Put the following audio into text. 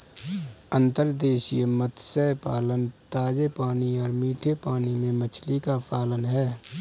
अंतर्देशीय मत्स्य पालन ताजे पानी और मीठे पानी में मछली का पालन है